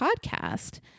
podcast